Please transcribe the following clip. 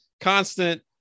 constant